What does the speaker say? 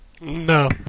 No